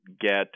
get